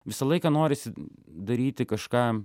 visą laiką norisi daryti kažką